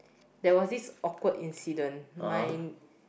there was this awkward incident my